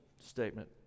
statement